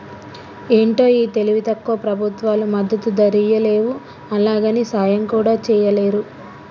ఏంటో ఈ తెలివి తక్కువ ప్రభుత్వాలు మద్దతు ధరియ్యలేవు, అలాగని సాయం కూడా చెయ్యలేరు